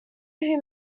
who